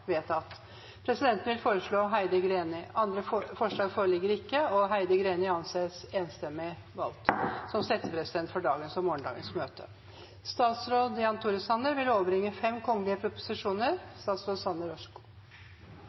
vedtatt. Presidenten vil foreslå Heidi Greni. – Andre forslag foreligger ikke, og Heidi Greni anses enstemmig valgt som settepresident for dagens og morgendagens møte. Proposisjonene vil